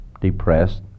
depressed